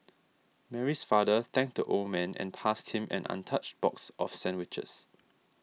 Mary's father thanked the old man and passed him an untouched box of sandwiches